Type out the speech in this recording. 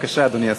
בבקשה, אדוני השר.